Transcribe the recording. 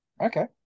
Okay